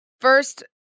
First